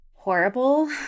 horrible